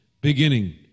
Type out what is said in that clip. beginning